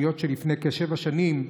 היות שלפני כשבע שנים,